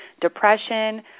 depression